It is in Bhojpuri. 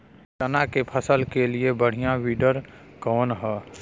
चना के फसल के लिए बढ़ियां विडर कवन ह?